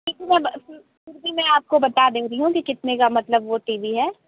ठीक है मैम फिर भी मैं आपको बता दे रही हूँ कि कितने का मतलब वो टी वी है